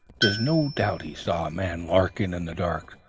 there's no doubt he saw a man lurking in the darkness.